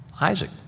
Isaac